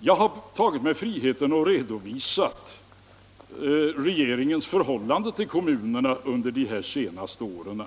Jag har tagit mig friheten att redovisa regeringens förhållande till kommunerna under de senaste åren. Det